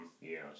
yes